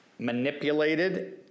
Manipulated